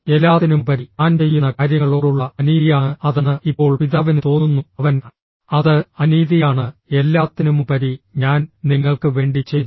എല്ലാത്തിനുമുപരി താൻ ചെയ്യുന്ന കാര്യങ്ങളോടുള്ള അനീതിയാണ് അതെന്ന് ഇപ്പോൾ പിതാവിന് തോന്നുന്നു അവൻ അത് അനീതിയാണ് എല്ലാത്തിനുമുപരി ഞാൻ നിങ്ങൾക്ക് വേണ്ടി ചെയ്തു